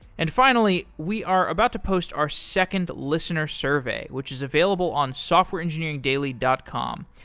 and finally, we are about to post our second listener survey, which is available on softwareengineeringdaily dot com.